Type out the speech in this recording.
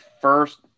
first